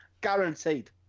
Guaranteed